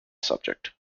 subject